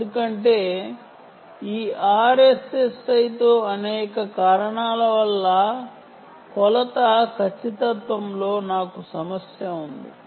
ఎందుకంటే ఈ RSSI తో అనేక కారణాల వల్ల కొలత ఖచ్చితత్వం లో నాకు సమస్య ఉంది